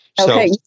Okay